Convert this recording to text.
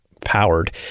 powered